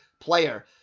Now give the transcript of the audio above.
player